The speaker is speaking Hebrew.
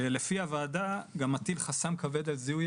שלפי הוועדה גם מטיל חסם כבד על זיהוי